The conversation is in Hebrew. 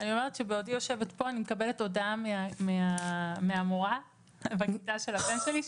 בעודי יושבת פה אני מקבלת הודעה מהמורה בכיתה של הבן שלי,